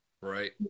right